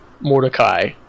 Mordecai